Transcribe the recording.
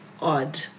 odd